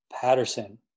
Patterson